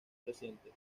recientes